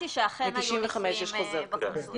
שקראתי שאכן היו נישואים בקונסוליות.